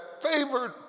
favored